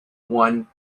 one